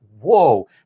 whoa